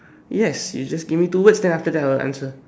yes you just give me two words then after that I will answer